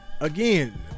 again